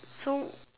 so